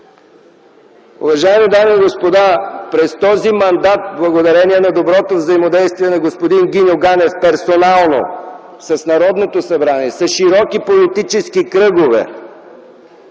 Уважаеми дами и господа, през този мандат, благодарение на доброто взаимодействие на господин Гиньо Ганев персонално с Народното събрание, с широки политически кръгове,